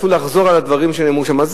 אפילו לחזור על הדברים שנאמרו שם.